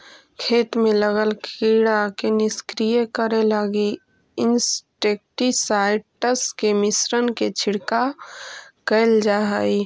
खेत में लगल कीड़ा के निष्क्रिय करे लगी इंसेक्टिसाइट्स् के मिश्रण के छिड़काव कैल जा हई